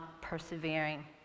persevering